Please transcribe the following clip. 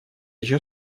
еще